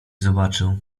zobaczył